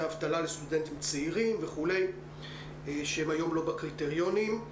אבטלה לסטודנטים צעירים שהם היום לא בקריטריונים.